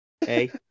Hey